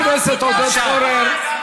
חבר הכנסת עודד פורר,